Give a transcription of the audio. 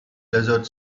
desert